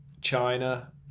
China